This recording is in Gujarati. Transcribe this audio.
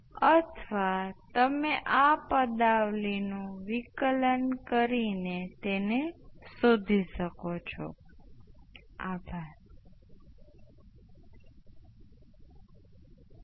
આમ આ રીતે આપણે સર્કિટમાં કોઈપણ અન્ય જથ્થા માટે વિદ્યુત પ્રવાહ ની ગણતરી કરીએ છીએ જો ઇન્ડક્ટરના વિદ્યુત પ્રવાહ ના સ્ટેપમાં ફેરફાર થઈ શકે